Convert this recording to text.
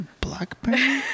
BlackBerry